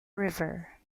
river